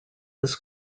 was